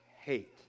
Hate